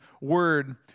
word